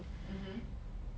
mmhmm